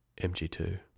MG2